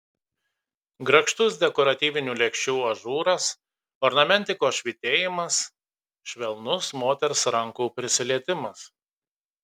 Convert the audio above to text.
grakštus dekoratyvinių lėkščių ažūras ornamentikos švytėjimas švelnus moters rankų prisilietimas